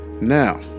Now